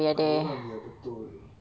kau orang biar betul